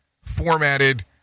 formatted